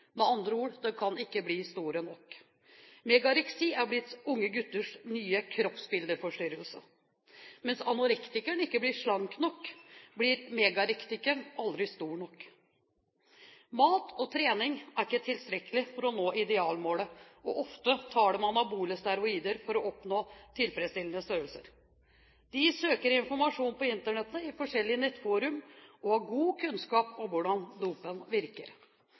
andre ord – de kan ikke bli store nok. Megareksi er blitt unge gutters nye kroppsbildeforstyrrelse. Mens anorektikeren ikke blir slank nok, blir megarektikeren aldri stor nok. Mat og trening er ikke tilstrekkelig for å nå idealmålet, og ofte tar de anabole steroider for å oppnå tilfredsstillende størrelse. De søker informasjon på Internett i forskjellige nettforumer og har god kunnskap om hvordan dopet virker.